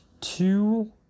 two